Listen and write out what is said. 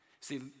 See